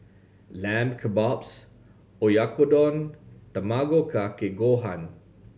Lamb Kebabs Oyakodon Tamago Kake Gohan